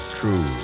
true